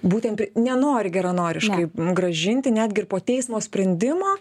būtent nenori geranoriškai grąžinti netgi ir po teismo sprendimo